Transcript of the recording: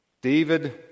David